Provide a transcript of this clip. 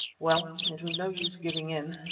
well, it was no use giving in,